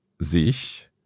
sich